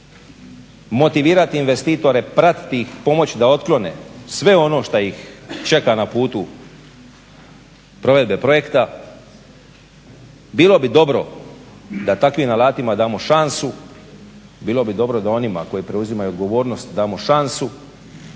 motivirati investitore, pratiti ih i pomoći da otklone sve ono što ih čeka na putu provedbe projekta, bilo bi dobro da takvim alatima damo šansu bilo bi dobro da onima koji preuzimaju odgovornost damo šansu,